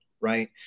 Right